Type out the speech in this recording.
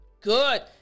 Good